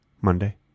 Monday